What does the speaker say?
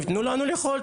תנו לנו לאכול,